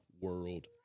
world